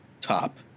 top